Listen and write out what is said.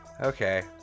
okay